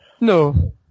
no